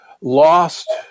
lost